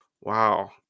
Wow